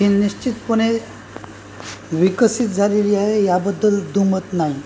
ही निश्चितपणे विकसित झालेली आहे याबद्दल दुमत नाही